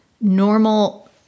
normal